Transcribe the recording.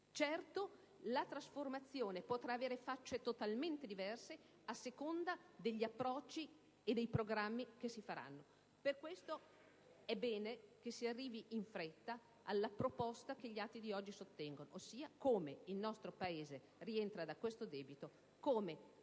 Certo, la trasformazione potrà avere facce totalmente diverse a seconda degli approcci e dei programmi che si faranno. Per questo, è bene che si arrivi in fretta alla proposta che gli atti di oggi sottengono, ossia come il nostro Paese rientra da questo debito, come